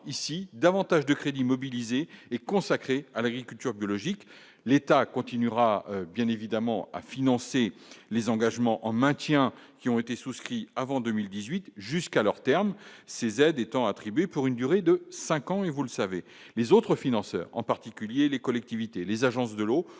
ici davantage de crédits mobilisés et consacré à l'agriculture biologique, l'État continuera bien évidemment à financer les engagements en maintien qui ont été souscrits avant 2018 jusqu'à leur terme, ces aides étant attribuée pour une durée de 5 ans, et vous le savez, les autres financeurs, en particulier les collectivités, les agences de l'eau